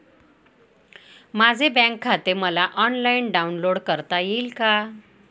माझे बँक खाते मला ऑनलाईन डाउनलोड करता येईल का?